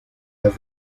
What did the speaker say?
las